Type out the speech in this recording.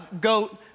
goat